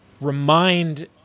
remind